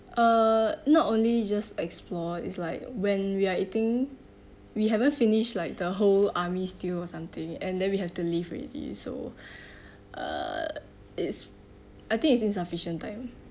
uh not only just explore is like when we are eating we haven't finish like the whole army stew or something and then we have to leave already so err is I think is insufficient time